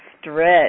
stretch